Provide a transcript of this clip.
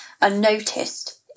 unnoticed